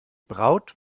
braut